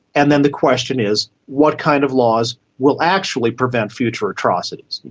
and then the question is what kind of laws will actually prevent future atrocities?